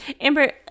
Amber